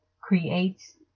creates